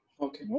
okay